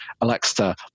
Alexa